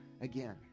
again